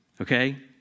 okay